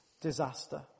disaster